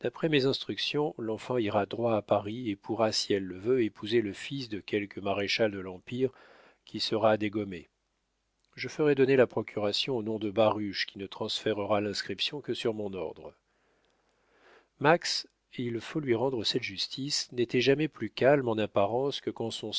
mes instructions l'enfant ira droit à paris et pourra si elle le veut épouser le fils de quelque maréchal de l'empire qui sera dégommé je ferai donner la procuration au nom de baruch qui ne transférera l'inscription que sur mon ordre max il faut lui rendre cette justice n'était jamais plus calme en apparence que